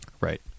Right